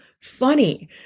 funny